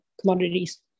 commodities